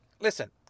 listen